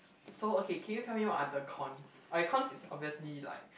so okay can you tell me what are the cons okay cons is obviously like